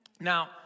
Now